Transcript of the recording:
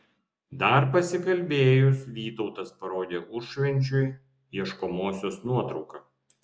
dar pasikalbėjus vytautas parodė užvenčiui ieškomosios nuotrauką